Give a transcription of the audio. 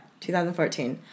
2014